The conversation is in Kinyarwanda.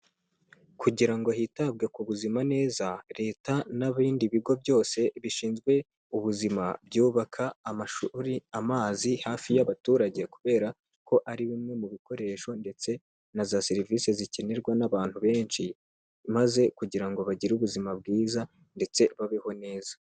Kugira ngo hitabwe ku buzima neza Leta n'ibindi bigo byose bishinzwe ubuzima byubaka amashuri, amazi hafi y'abaturage kubera ko ari bimwe mu bikoresho ndetse na za serivisi zikenerwa n'abantu benshi, maze kugira ngo bagire ubuzima bwiza ndetse babeho neza.